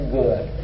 good